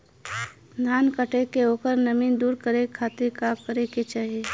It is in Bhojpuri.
धान कांटेके ओकर नमी दूर करे खाती का करे के चाही?